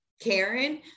Karen